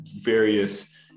various